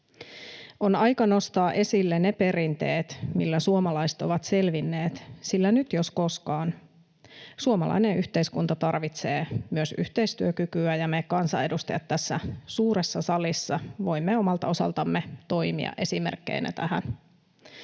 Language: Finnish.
On aika nostaa esille ne perinteet, millä suomalaiset ovat selvinneet, sillä nyt jos koskaan suomalainen yhteiskunta tarvitsee myös yhteistyökykyä, ja me kansanedustajat tässä suuressa salissa voimme omalta osaltamme toimia esimerkkeinä tähän.